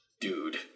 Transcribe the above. dude